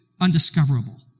undiscoverable